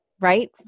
right